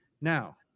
Now